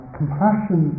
compassion